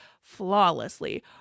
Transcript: flawlessly